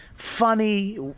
Funny